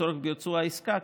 לצורך ביצוע העסקה,